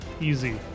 Easy